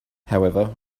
however